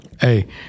Hey